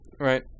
Right